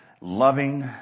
loving